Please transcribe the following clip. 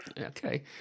okay